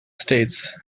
states